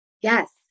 Yes